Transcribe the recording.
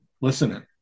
listening